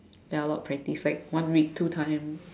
ya a lot of practice one week two times